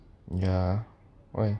ya why